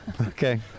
Okay